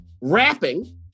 rapping